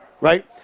right